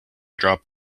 drop